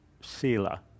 sila